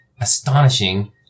astonishing